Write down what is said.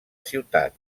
ciutat